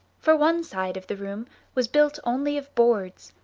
for one side of the room was built only of boards,